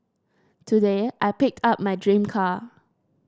today I picked up my dream car